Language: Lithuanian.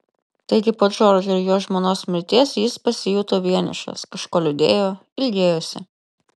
taigi po džordžo ir jo žmonos mirties jis pasijuto vienišas kažko liūdėjo ilgėjosi